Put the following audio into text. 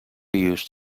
use